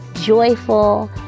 joyful